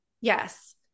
Yes